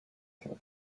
said